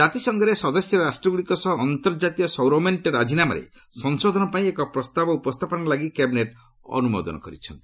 ଜାତିସଂଘରେ ସଦସ୍ୟ ରାଷ୍ଟ୍ରଗୁଡ଼ିକ ସହ ଅନ୍ତର୍ଜାତୀୟ ସୌରମେଙ୍କ ରାଜିନାମାରେ ସଂଶୋଧନ ପାଇଁ ଏକ ପ୍ରସ୍ତାବ ଉପସ୍ଥାପନ ଲାଗି କ୍ୟାବିନେଟ୍ ଅନୁମୋଦନ କରିଛନ୍ତି